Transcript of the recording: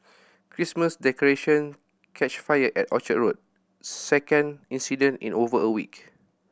Christmas decoration catch fire at Orchard Road second incident in over a week